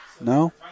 No